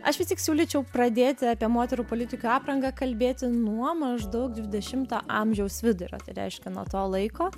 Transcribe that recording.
aš vis tik siūlyčiau pradėti apie moterų politikių aprangą kalbėti nuo maždaug dvidešimto amžiaus vidurio tai reiškia nuo to laiko